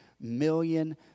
million